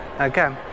Okay